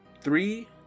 three